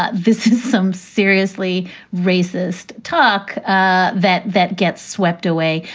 ah this is some seriously racist talk ah that that gets swept away.